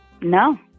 No